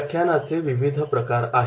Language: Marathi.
व्याख्यानाचे विविध प्रकार आहेत